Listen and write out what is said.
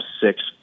six